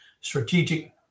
strategic